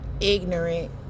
ignorant